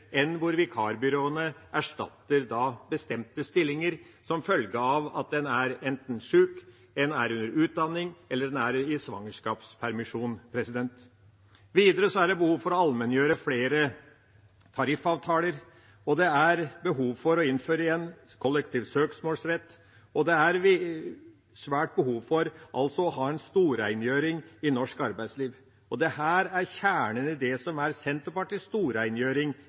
enn der vikarbyråene erstatter bestemte stillinger som følge av at en enten er sjuk, er under utdanning, eller er i svangerskapspermisjon. Videre er det behov for å allmenngjøre flere tariffavtaler, og det er behov for å innføre kollektiv søksmålsrett igjen. Det er altså et svært behov for å ha en storrengjøring i norsk arbeidsliv, og dette er kjernen i Senterpartiets storrengjøring i arbeidslivet. Det er mange nå som